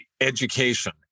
education